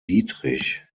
dietrich